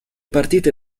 partite